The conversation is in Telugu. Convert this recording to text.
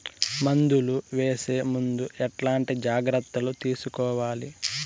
మందులు వేసే ముందు ఎట్లాంటి జాగ్రత్తలు తీసుకోవాలి?